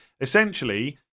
Essentially